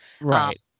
Right